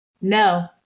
No